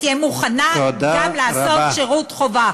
והיא תהיה מוכנה גם לעשות שירות חובה.